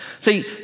See